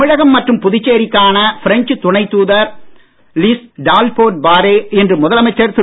தமிழகம் மற்றும் புதுச்சேரிக்கான பிரெஞ்ச் துணைத் தூதர் லிஸ் டால்போட் பாரே இன்று முதலமைச்சர் திரு